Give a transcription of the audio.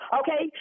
okay